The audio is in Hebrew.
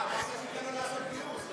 אמרת שתיתן לו לעשות גיוס.